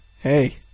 Hey